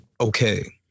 okay